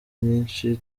nyinshi